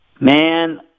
Man